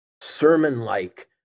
sermon-like